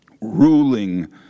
ruling